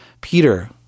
Peter